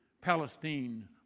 Palestine